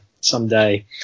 someday